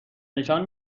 نشان